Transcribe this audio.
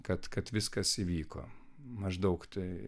kad kad viskas įvyko maždaug taip